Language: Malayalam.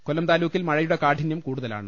കൊല്ലം താലൂക്കിൽ മഴയുടെ കാഠിന്യം കൂടുതലാണ്